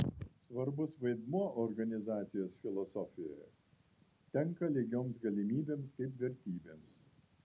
svarbus vaidmuo organizacijos filosofijoje tenka lygioms galimybėms kaip vertybėms